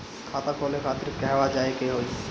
खाता खोले खातिर कहवा जाए के होइ?